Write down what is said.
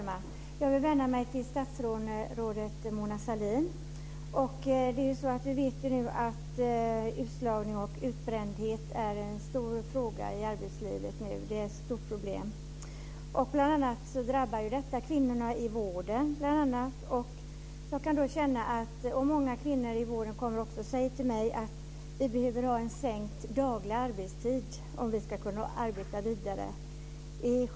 Fru talman! Jag vänder mig till statsrådet Mona Vi vet att utslagning och utbrändhet är en stor fråga i arbetslivet. Det är ett stort problem. Bl.a. drabbar detta kvinnorna i vården. Många kvinnor säger till mig att de behöver ha en sänkt daglig arbetstid om de ska kunna arbeta vidare.